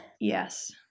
Yes